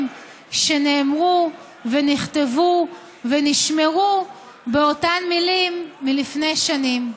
שנאמרו ונכתבו ונשמרו באותן מילים מלפני שנים."